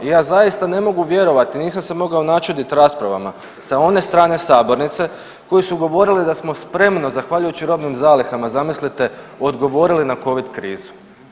I ja zaista ne mogu vjerovati, nisam se mogao načudit raspravama sa one strane sabornice koji su govorili da smo spremno zahvaljujući robnim zalihama zamislite odgovorili na covid krizu.